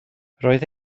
roedd